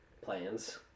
plans